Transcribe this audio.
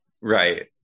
right